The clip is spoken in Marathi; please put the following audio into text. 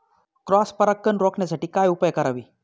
क्रॉस परागकण रोखण्यासाठी काय उपाय करावे?